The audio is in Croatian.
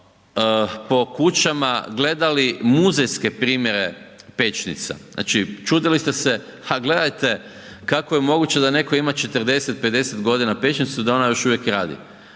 po kućama gledali muzejske primjere pećnica, znači čudili ste se ha gledajte kako je moguće da neko ima 40, 50 godina pećnicu da ona još uvijek radi.